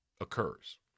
occurs